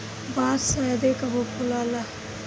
बांस शायदे कबो फुलाला